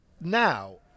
now